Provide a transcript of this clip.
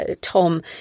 Tom